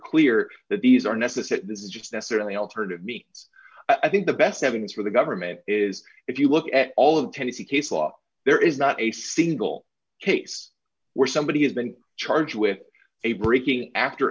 clear that these are necessary this is just that certainly alternative me i think the best evidence for the government is if you look at all of tennessee case law there is not a single case where somebody has been charged with a breaking after